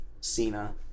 Cena